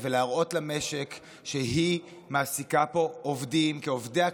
ולהראות למשק שהיא מעסיקה פה עובדים כעובדי הכנסת,